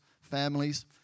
families